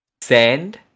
sand